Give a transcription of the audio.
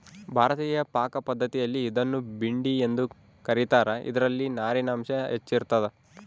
ಭಾರತೀಯ ಪಾಕಪದ್ಧತಿಯಲ್ಲಿ ಇದನ್ನು ಭಿಂಡಿ ಎಂದು ಕ ರೀತಾರ ಇದರಲ್ಲಿ ನಾರಿನಾಂಶ ಹೆಚ್ಚಿರ್ತದ